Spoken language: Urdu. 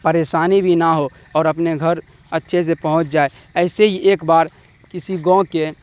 پریشانی بھی نہ ہو اور اپنے گھر اچھے سے پہنچ جائے ایسے ہی ایک بار کسی گاؤں کے